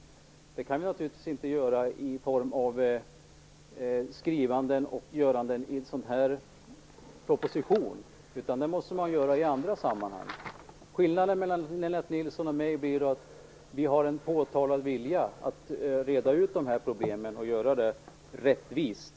Det kan vi naturligtvis inte göra i form av skrivanden och göranden i anslutning till en sådan proposition, utan det måste vi göra i andra sammanhang. Skillnaden mellan Lennart Nilsson och mig blir att vi har en uttalad vilja att reda ut problemen och göra det rättvist.